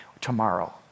tomorrow